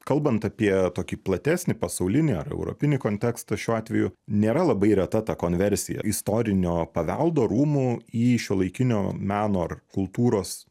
kalbant apie tokį platesnį pasaulinį ar europinį kontekstą šiuo atveju nėra labai reta ta konversija istorinio paveldo rūmų į šiuolaikinio meno ar kultūros